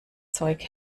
zeug